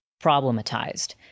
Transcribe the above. problematized